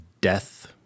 death